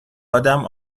ادم